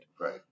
Right